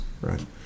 Right